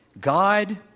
God